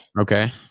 Okay